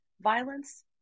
violence